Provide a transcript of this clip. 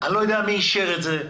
אני לא יודע מי אישר את זה,